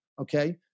okay